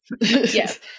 Yes